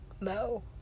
No